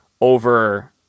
over